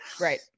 Right